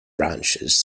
branches